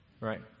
right